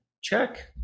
check